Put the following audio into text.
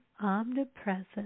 omnipresent